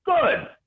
Good